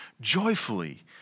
joyfully